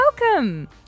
welcome